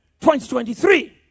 2023